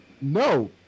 no